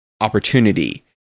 opportunity